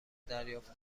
دریافت